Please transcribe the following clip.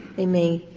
they may